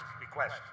request